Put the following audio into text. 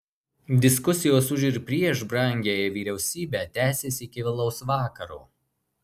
diskusijos už ir prieš brangiąją vyriausybę tęsėsi iki vėlaus vakaro